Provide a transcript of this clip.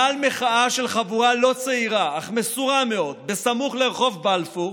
מאהל מחאה של חבורה לא צעירה אך מסורה מאוד סמוך לרחוב בלפור